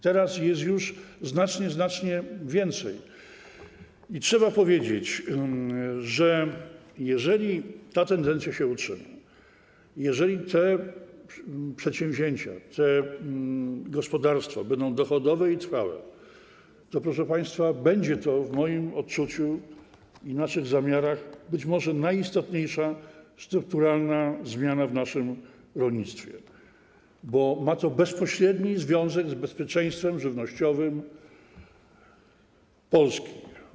Teraz jest już znacznie, znacznie więcej i trzeba powiedzieć, że jeżeli ta tendencja się utrzyma, jeżeli te przedsięwzięcia, te gospodarstwa będą dochodowe i trwałe, to, proszę państwa, będzie to w moim odczuciu i w naszych zamiarach być może najistotniejsza strukturalna zmiana w naszym rolnictwie, bo ma to bezpośredni związek z bezpieczeństwem żywnościowym Polski.